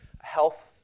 health